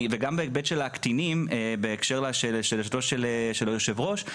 גם בהיבט של הקטינים בהקשר לשאלתו של היו"ר,